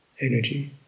energy